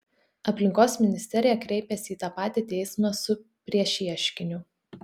aplinkos ministerija kreipėsi į tą patį teismą su priešieškiniu